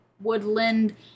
woodland